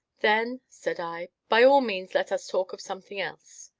then, said i, by all means let us talk of something else.